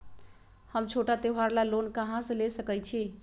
हम छोटा त्योहार ला लोन कहां से ले सकई छी?